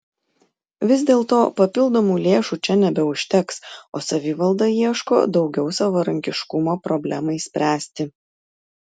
vis dėlto papildomų lėšų čia nebeužteks o savivalda ieško daugiau savarankiškumo problemai spręsti